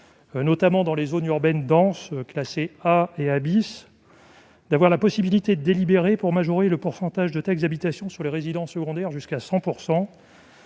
notamment dans les zones urbaines denses classées A et A , d'avoir la possibilité de délibérer pour majorer le pourcentage de taxe d'habitation sur les résidences secondaires jusqu'à 100 %.